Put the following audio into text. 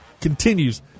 continues